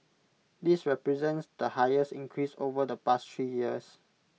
this represents the highest increase over the past three years